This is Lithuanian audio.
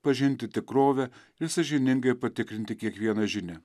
pažinti tikrovę ir sąžiningai patikrinti kiekvieną žinią